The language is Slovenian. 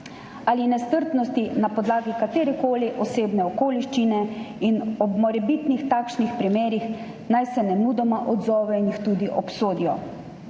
ali nestrpnosti na podlagi katerekoli osebne okoliščine, ob morebitnih takšnih primerih naj se nemudoma odzovejo in jih tudi obsodijo.